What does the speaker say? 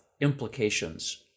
implications